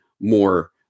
more